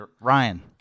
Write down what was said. Ryan